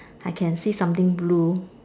I can see something blue